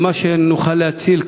ומה שנוכל להציל,